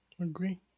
Agree